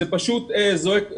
הדבר הזה פשוט זועק לשמיים.